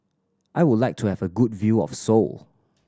I would like to have a good view of Seoul